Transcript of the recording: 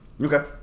Okay